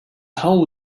hole